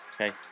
Okay